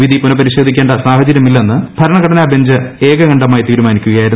വിധി പുനപരിശോധിക്കേണ്ട സാഹചര്യമില്ലെന്ന് ഭരണഘടനാ ബഞ്ച് ഏകകണ്ഠമായി തീരുമാനിക്കുക്യായിരുന്നു